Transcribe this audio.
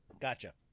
Gotcha